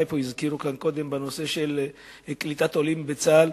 הזכירו כאן קודם בנושא של קליטת עולים בצה"ל.